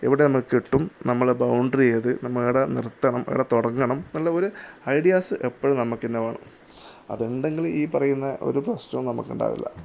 എവിടെ നമുക്ക് കിട്ടും നമ്മുടെ ബൗണ്ടറി ഏത് ഏടെ നിർത്തണം ഏട തുടങ്ങണം എന്നുള്ള ഒരു ഐഡിയാസ് എപ്പോഴും നമുക്ക് തന്നെ വേണം അതുണ്ടെങ്കിൽ ഈ പറയുന്ന ഒരു പ്രശ്നം നമുക്ക് ഉണ്ടാവില്ല